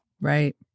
Right